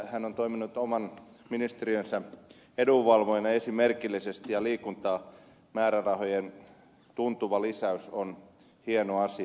hän on toiminut oman ministeriönsä edunvalvojana esimerkillisesti ja liikuntamäärärahojen tuntuva lisäys on hieno asia